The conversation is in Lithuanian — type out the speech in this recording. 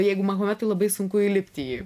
jeigu mahometui labai sunku įlipti į jį